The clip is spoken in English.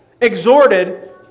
exhorted